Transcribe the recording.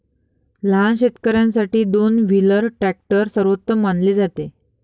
लहान शेतकर्यांसाठी दोन व्हीलर ट्रॅक्टर सर्वोत्तम मानले जाते